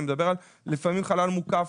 אני מדבר על לפעמים חלל מוקף,